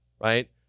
right